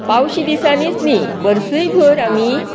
पावशी दिसांनीच न्ही वर्सूय भर आमी